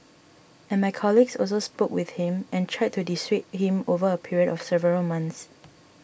and my colleagues also spoke with him and tried to dissuade him over a period of several months